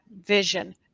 vision